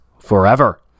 forever